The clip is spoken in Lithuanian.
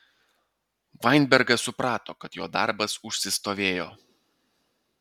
vainbergas suprato kad jo darbas užsistovėjo